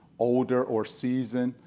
older, or seasoned,